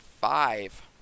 five